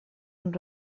amb